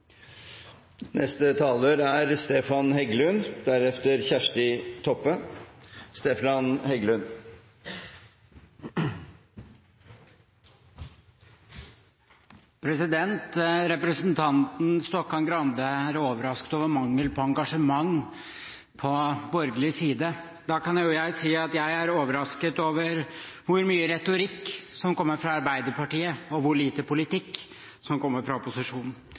Representanten Stokkan-Grande er overrasket over mangel på engasjement på borgerlig side. Da kan jeg si at jeg er overrasket over hvor mye retorikk som kommer fra Arbeiderpartiet, og hvor lite politikk som kommer fra opposisjonen,